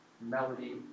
melody